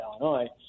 Illinois